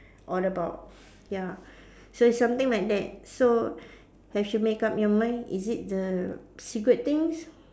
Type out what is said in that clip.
all about ya so it's something like that so have you make up your mind is it the cigarette things